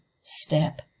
step